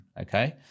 okay